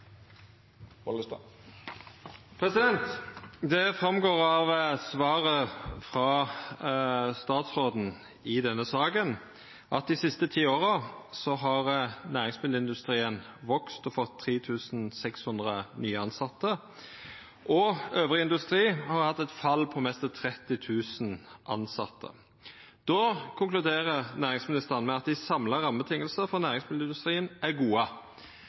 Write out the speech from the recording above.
Det går fram av svaret frå statsråden i denne saka at dei siste ti åra har næringsmiddelindustrien vakse og fått 3 600 nye tilsette. Annan industri har hatt eit fall på mesta 30 000 tilsette. Då konkluderer næringsministeren med at dei samla rammevilkåra for næringsmiddelindustrien er gode.